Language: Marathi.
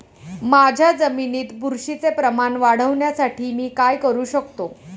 माझ्या जमिनीत बुरशीचे प्रमाण वाढवण्यासाठी मी काय करू शकतो?